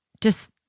just-